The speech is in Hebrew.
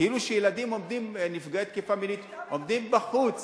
כאילו ילדים נפגעי תקיפה מינית עומדים בחוץ